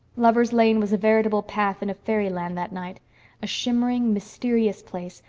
lovers' lane was a veritable path in a fairyland that night a shimmering, mysterious place,